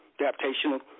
Adaptational